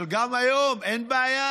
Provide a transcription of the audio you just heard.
אבל גם היום אין בעיה: